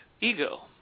ego